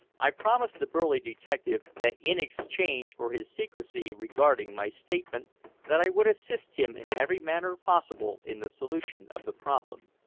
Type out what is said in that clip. i promised the burly detective that in exchange for his secrecy regarding my statement that i would assist him in every manner possible in the solution of the problem.